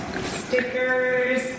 Stickers